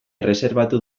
erreserbatu